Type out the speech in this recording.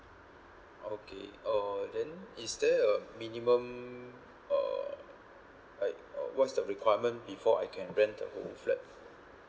okay uh then is there a minimum uh like uh what's the requirement before I can rent the whole flat